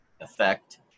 effect